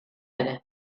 ere